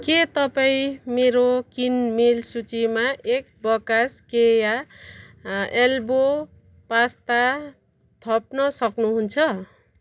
के तपाईँ मेरो किनमेल सूचीमा एक बकास केया एल्बो पास्ता थप्न सक्नुहुन्छ